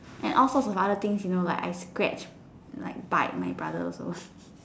and all sorts of other things you know like I scratch like bite my brother also